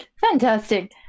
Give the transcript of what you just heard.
Fantastic